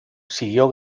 siguió